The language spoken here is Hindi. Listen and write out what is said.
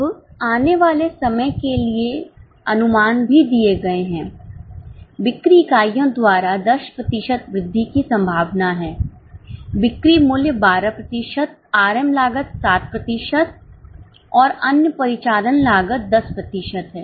अब आने वाले समय के लिए अनुमान भी दिए गए हैं बिक्री इकाइयों द्वारा 10 प्रतिशत वृद्धि की संभावना है बिक्री मूल्य 12 प्रतिशत आरएम लागत 7 प्रतिशत और अन्य परिचालन लागत 10 प्रतिशत है